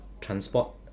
transport